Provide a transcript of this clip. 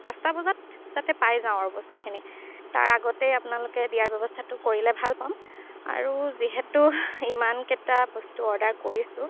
পাঁচটা বজাত যাতে পাই যাওঁ আৰু বস্তুখিনি তাৰ আগতেই আপোনালোকে দিয়াৰ ব্যৱস্থাটো কৰিলে ভাল পাম আৰু যিহেতু ইমানকেইটা বস্তু অৰ্ডাৰ কৰিছোঁ